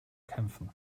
kämpfen